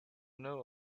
know